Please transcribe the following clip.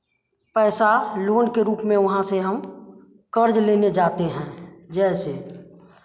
पैसा लोन के रूप में वहाँ से हम क़र्ज़ लेने जाते हैं जैसे